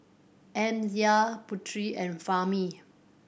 Amsyar Putri and Fahmi